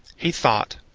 he thought.